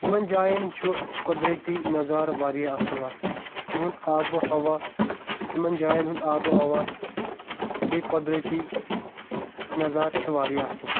یِمن جاٮ۪ن چھُ قۄدرٔتی نَظارٕ واریاہ اَصٕل آسان یِہنٛد آبہٕ ہوا یِمن جاین ہُنٛد آبہٕ ہوا تہٕ بیٚیہِ قۄدرٔتی نظارٕ چھِ واریاہ اَصٕل